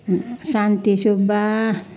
Shanti Subba